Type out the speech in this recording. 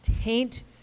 taint